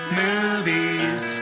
movies